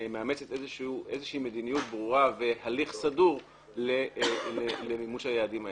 מאמצת איזושהי מדיניות ברורה והליך סדור למימוש היעדים האלה.